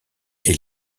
est